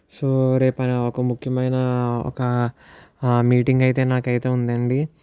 రేపు ఒక ముఖ్యమైన ఒక మీటింగ్ అయితే నాకైతే ఉందండి